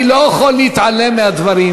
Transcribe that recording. אני לא יכול להתעלם מהדברים.